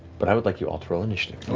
but i would like you all to roll initiative.